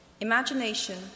Imagination